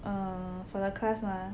err for the class [one]